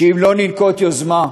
שאם לא ננקוט יוזמה,